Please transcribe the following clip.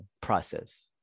process